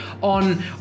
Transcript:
on